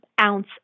ounce